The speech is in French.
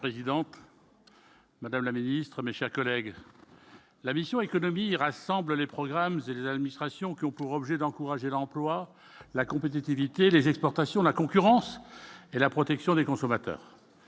Madame la présidente, Madame la Ministre, mes chers collègues, la mission économie rassemble les programmes et les administrations qui ont pour objet d'encourager l'emploi, la compétitivité, les exportations de la concurrence et la protection des consommateurs,